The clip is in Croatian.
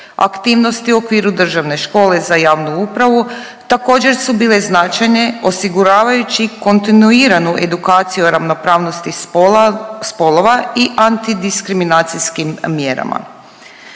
Aktivnosti u okviru Državne škole za javnu upravu također su bile značajne osiguravajući kontinuiranu edukaciju o ravnopravnosti spolova i antidiskriminacijskim mjerama,